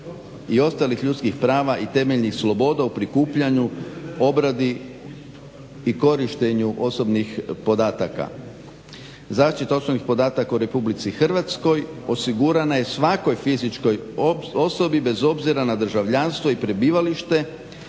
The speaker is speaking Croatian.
i ostalih ljudskih prava i temeljnih sloboda u prikupljanju, obradi i korištenju osobnih podataka. Zaštita osobnih podataka u Republici Hrvatskoj osigurana je svakoj fizičkoj osobi bez obzira na državljanstvo i prebivalište,